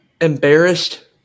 embarrassed